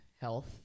health